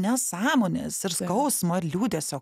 nesąmonės ir skausmo ir liūdesio